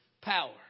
power